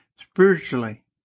spiritually